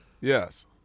Yes